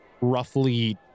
roughly